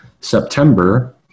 September